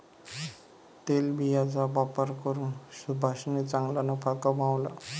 तेलबियांचा व्यापार करून सुभाषने चांगला नफा कमावला